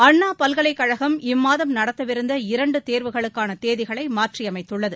அண்ணா பல்கலைக் கழகம் இம்மாதம் நடத்தவிருந்த இரண்டு தேர்வுகளுக்கான தேதிகளை மாற்றியமைத்துள்ளது